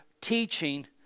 teaching